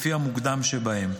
לפי המוקדם שבהם.